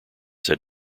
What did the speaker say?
said